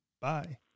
Bye